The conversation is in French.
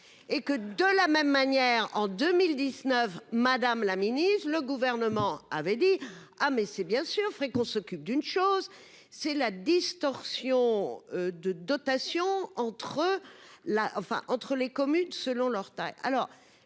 et que de la même manière, en 2019 Madame la Ministre, le gouvernement avait dit : ah, mais c'est bien sûr Free qu'on s'occupe d'une chose, c'est la distorsion de dotations entre la enfin, entre les communes selon leur taille,